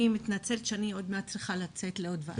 אני מתנצלת שאני מאוד צריכה לצאת לעוד דברים.